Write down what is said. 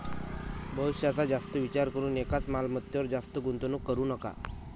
भविष्याचा जास्त विचार करून एकाच मालमत्तेवर जास्त गुंतवणूक करू नका